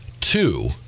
two